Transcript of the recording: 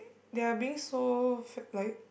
they're being so f~ like